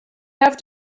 have